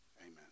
amen